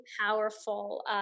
powerful